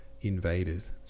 invaders